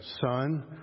son